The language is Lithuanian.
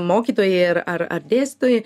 mokytojai ir ar ar dėstytojai